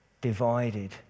divided